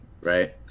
Right